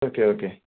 okay okay